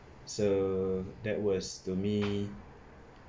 so that was to me